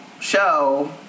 show